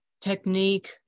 technique